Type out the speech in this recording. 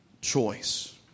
choice